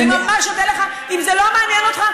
ואני ממש אודה לך, אני מקבל, בהכנעה.